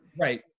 Right